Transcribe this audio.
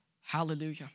Hallelujah